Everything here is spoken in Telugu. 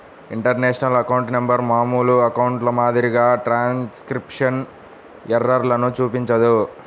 ఇంటర్నేషనల్ అకౌంట్ నంబర్ మామూలు అకౌంట్ల మాదిరిగా ట్రాన్స్క్రిప్షన్ ఎర్రర్లను చూపించదు